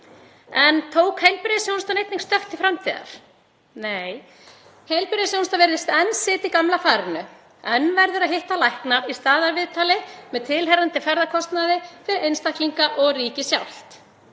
En tók heilbrigðisþjónustan einnig stökk til framtíðar? Nei, heilbrigðisþjónustan virðist enn sitja í gamla farinu. Enn verður að hitta lækna í staðarviðtali með tilheyrandi ferðakostnaði fyrir einstaklinga og ríkið sjálft.